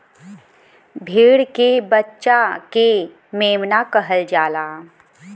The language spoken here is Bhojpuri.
भेड़ के बच्चा के मेमना कहल जाला